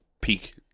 peak